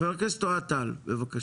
חבר הכנסת אוהד טל, בבקשה.